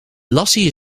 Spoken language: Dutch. lassie